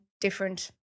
different